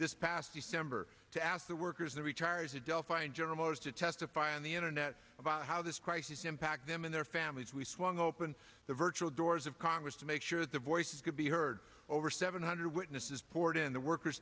this past december to ask the workers the retires at delphi and general motors to testify on the internet about how this crisis impact them and their families we swung open the virtual doors of congress to make sure their voices could be heard over seven hundred witnesses poured in the workers